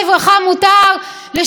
לשולמית אלוני מותר,